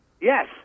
Yes